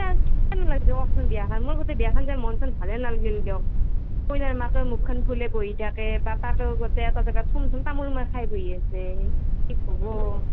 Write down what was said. এ কিয়নো গ'লো বিয়াখন মোৰ বিয়াখনত গৈ মন চন ভালে নালাগিলে দিয়ক কইনাৰ মাকে মুখখন ফুলেই বহি থাকে বাপেকেও গোটাই থাকাত তামোল মোখা খাই বহি আছেই কি ক'ব